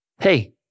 hey